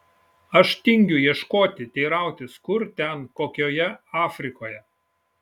aš tingiu ieškoti teirautis kur ten kokioje afrikoje